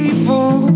People